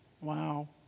Wow